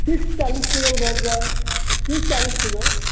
ई टा उखरल भाए जाए ई टा उखरै